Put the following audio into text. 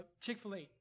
Chick-fil-A